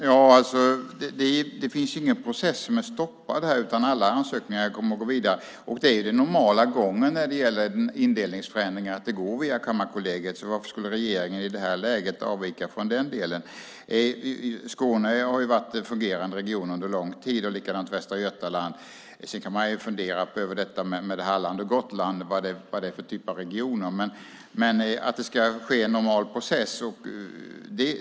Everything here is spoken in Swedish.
Fru talman! Det finns ingen process som är stoppad, utan alla ansökningar kommer att gå vidare. Den normala gången när det gäller indelningsförändringar är att det går via Kammarkollegiet, så varför skulle regeringen i det här läget avvika från det? Skåne har varit en fungerande region under lång tid, och likadant är det med Västra Götaland. Sedan kan man fundera över vad Halland och Gotland är för typ av regioner. Det ska dock ske en normal process.